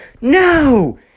No